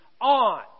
on